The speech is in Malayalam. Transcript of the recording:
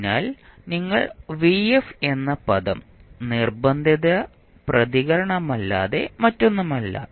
അതിനാൽ നിങ്ങൾ എന്ന പദം നിർബന്ധിത പ്രതികരണമല്ലാതെ മറ്റൊന്നുമല്ല